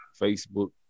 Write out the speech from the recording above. Facebook